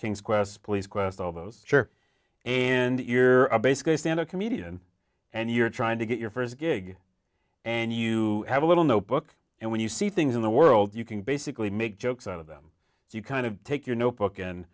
king's quest police quest all those and you're basically a standup comedian and you're trying to get your first gig and you have a little notebook and when you see things in the world you can basically make jokes out of them so you kind of take your notebook and